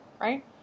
Right